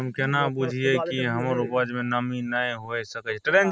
हम केना बुझीये कि हमर उपज में नमी नय हुए सके छै?